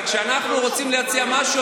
אבל כשאנחנו רוצים להציע משהו,